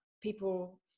people